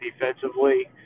defensively